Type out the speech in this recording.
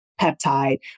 peptide